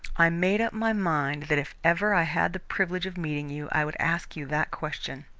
i made up my mind that if ever i had the privilege of meeting you, i would ask you that question.